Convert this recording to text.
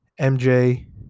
MJ